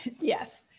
yes